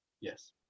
Yes